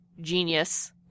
genius